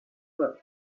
well